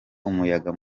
umuyaga